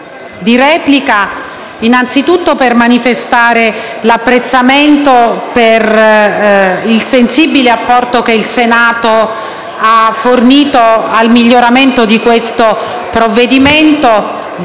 di replica, innanzitutto per manifestare l'apprezzamento per il sensibile apporto che il Senato ha fornito al miglioramento di questo provvedimento, grazie